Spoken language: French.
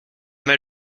mal